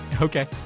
Okay